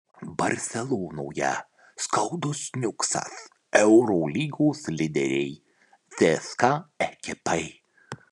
barselonoje skaudus niuksas eurolygos lyderei cska ekipai